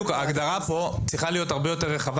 ההגדרה כאן צריכה להיות הרבה יותר רחבה